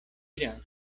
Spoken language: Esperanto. iras